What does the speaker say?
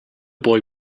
boy